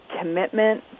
commitment